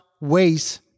ways